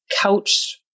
couch